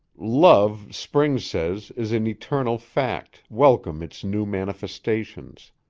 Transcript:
love, spring says, is an eternal fact, welcome its new manifestations.